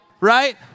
right